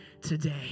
today